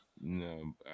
No